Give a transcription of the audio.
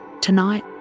Tonight